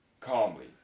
calmly